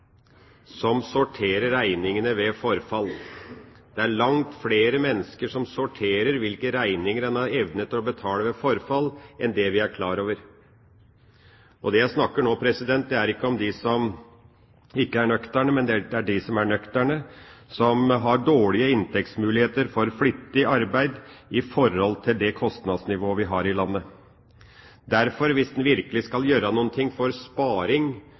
som sorterer regningene ved forfall, er altfor lite framme. Det er langt flere mennesker som sorterer hvilke regninger en har evne til å betale ved forfall, enn det vi er klar over. Det jeg snakker om nå, er ikke om dem som ikke er nøkterne, men om dem som er nøkterne, som har dårlige inntektsmuligheter for flittig arbeid i forhold til det kostnadsnivået vi har i landet. Derfor, hvis en virkelig skal gjøre noe for sparing